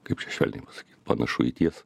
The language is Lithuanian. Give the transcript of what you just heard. kaip čia švelniai pasakyt panašu į tiesą